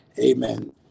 Amen